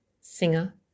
singer